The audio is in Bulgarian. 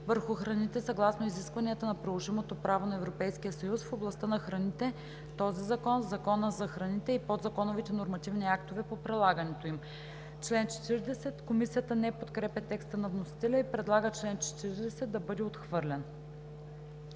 върху храните съгласно изискванията на приложимото право на Европейския съюз в областта на храните, този закон, Закона за храните и подзаконовите нормативни актове по прилагането им.“ Комисията не подкрепя текста на вносителя и предлага чл. 40 да бъде отхвърлен.